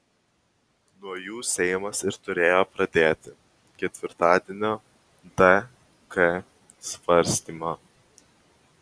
nuo jų seimas ir turėjo pradėti ketvirtadienio dk svarstymą